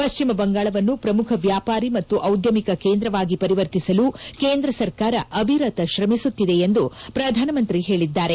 ಪಶ್ಚಿಮ ಬಂಗಾಳವನ್ನು ಪ್ರಮುಖ ವ್ಯಾಪಾರಿ ಮತ್ತು ಔದ್ಯಮಿಕ ಕೇಂದ್ರವಾಗಿ ಪರಿವರ್ತಿಸಲು ಕೇಂದ್ರ ಸರ್ಕಾರ ಅವಿರತ ಶ್ರಮಿಸುತ್ತಿದೆ ಎಂದು ಪ್ರಧಾನಮಂತ್ರಿ ಹೇಳಿದ್ದಾರೆ